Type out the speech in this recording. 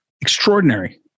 Extraordinary